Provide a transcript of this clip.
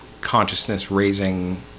consciousness-raising